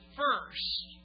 first